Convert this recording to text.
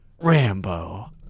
Rambo